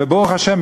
וברוך השם,